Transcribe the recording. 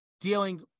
dealing